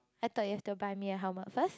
I thought you will still buy me a helmet first